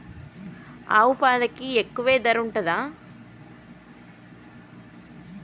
ఆవు పాలకి ధర ఎక్కువే ఉంటదా?